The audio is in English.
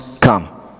come